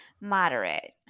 moderate